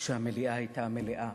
שהמליאה היתה מלאה,